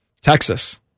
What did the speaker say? Texas